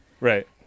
right